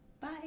Bye